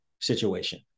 situation